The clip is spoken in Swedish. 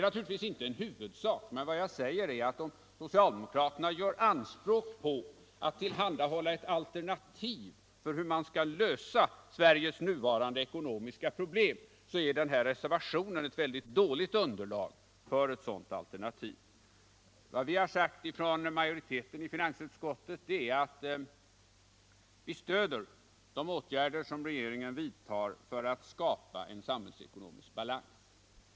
Naturligtvis är inte detta någon huvudsak, men om socialdemokraterna gör anspråk på att tillhandahålla ett alternativ för hur man skall lösa Sveriges nuvarande ekonomiska problem är den här reservationen ett väldigt dåligt underlag. Majoriteten i finansutskottet har sagt att den stöder de åtgärder som regeringen vidtar för att skapa en samhällsekonomisk balans.